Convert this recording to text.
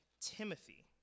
Timothy